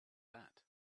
that